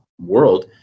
world